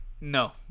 no